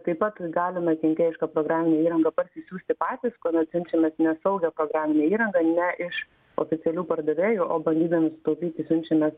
taip pat galime kenkėjišką programinę įrangą parsisiųsti patys kuomet siunčiamės nesaugią programinę įrangą ne iš oficialių pardavėjų o bandydami sutaupyti siunčiamės